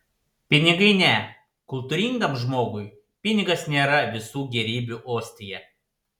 pinigai ne kultūringam žmogui pinigas nėra visų gėrybių ostija